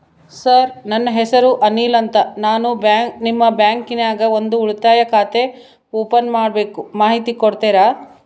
Sir ನನ್ನ ಹೆಸರು ಅನಿಲ್ ಅಂತ ನಾನು ನಿಮ್ಮ ಬ್ಯಾಂಕಿನ್ಯಾಗ ಒಂದು ಉಳಿತಾಯ ಖಾತೆ ಓಪನ್ ಮಾಡಬೇಕು ಮಾಹಿತಿ ಕೊಡ್ತೇರಾ?